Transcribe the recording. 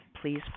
please